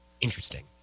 Interesting